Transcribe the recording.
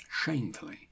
Shamefully